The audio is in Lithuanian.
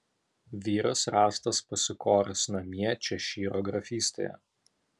vyras rastas pasikoręs namie češyro grafystėje